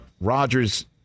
Rodgers